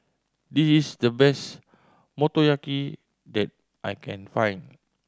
this is the best Motoyaki that I can find